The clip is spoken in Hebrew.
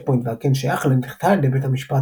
פוינט ועל כן שייך לה נדחתה על ידי בית המשפט